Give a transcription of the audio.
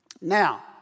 Now